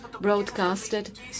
broadcasted